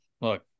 look